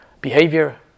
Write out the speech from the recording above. behavior